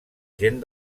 gent